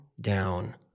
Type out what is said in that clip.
down